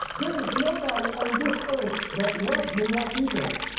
there's nobody on this earth that loves me like he does.